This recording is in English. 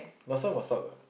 but some will stop what